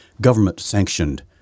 government-sanctioned